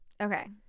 okay